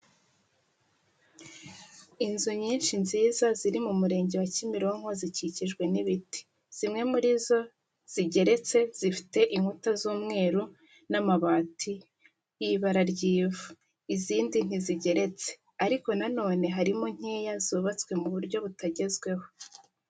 Umugore wicaye wambaye agashati k'amaboko aciye k'ibara rya roza wambaye ijipo y'umweru irimo imirongo yicyatsi imanuka uteze igitambaro mu mutwe ari guseka inyuma ye hari ibiribwa nk'imbuto inyanya tungurusumu ndetse n'ibindi bitandukanye.